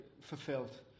fulfilled